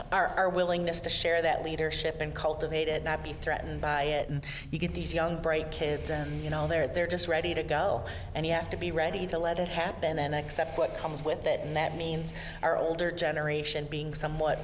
are our willingness to share that leadership and cultivate it not be threatened by it and you get these young bright kids and you know they're just ready to go and you have to be ready to let it happen and accept what comes with it and that means our older generation being somewhat